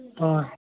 অঁ